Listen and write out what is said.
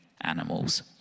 animals